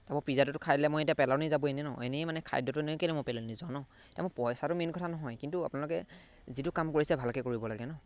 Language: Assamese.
পিজ্জাটোতো খাই দিলে মই এতিয়া পেলনি যাব এনেই ন এনেই মানে খাদ্যটো এনে কেইলে মই পেলাই নিজৰ ন এতিয়া মোৰ পইচাটো মেইন কথা নহয় কিন্তু আপোনালোকে যিটো কাম কৰিছে ভালকৈ কৰিব লাগে ন